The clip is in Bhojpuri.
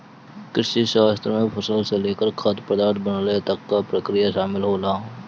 कृषिशास्त्र में फसल से लेकर खाद्य पदार्थ बनले तक कअ प्रक्रिया शामिल होला